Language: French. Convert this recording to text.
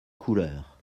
couleurs